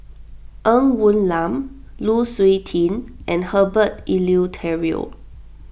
Ng Woon Lam Lu Suitin and Herbert Eleuterio